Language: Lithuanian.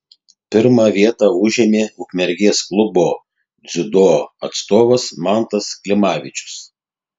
pirmą vietą užėmė ukmergės klubo dziudo atstovas mantas klimavičius